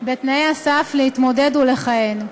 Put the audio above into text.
בתנאי הסף להתמודד ולכהן.